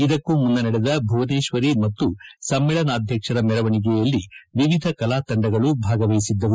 ಇದಕ್ಕೂ ಮುನ್ನ ನಡೆದ ಭುವನೇಶ್ವರಿ ಮತ್ತು ಸಮ್ಮೇಳನಾಧ್ಯಕ್ಷರ ಮೆರವಣಿಗೆಯಲ್ಲಿ ವಿವಿಧ ಕಲಾ ತಂಡಗಳು ಭಾಗವಹಿಸಿದ್ದವು